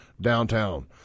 downtown